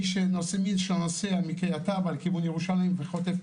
מי שנוסע מכיר, אתה בא לכיוון ירושלים וחוטף.